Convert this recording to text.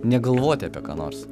negalvoti apie ką nors